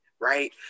right